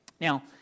Now